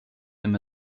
him